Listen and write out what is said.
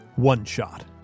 OneShot